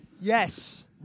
yes